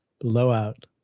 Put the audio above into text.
Blowout